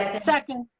and second,